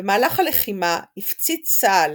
במהלך הלחימה הפציץ צה"ל